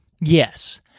Yes